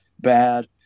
bad